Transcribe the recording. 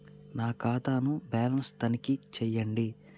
నా ఖాతా ను బ్యాలన్స్ తనిఖీ చేయండి?